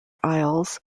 isles